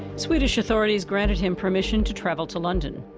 swedish authorities granted him permission to travel to london.